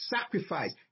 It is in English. sacrifice